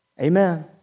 Amen